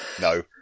no